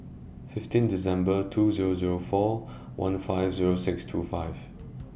fifteen December two Zero Zero four one five Zero six two five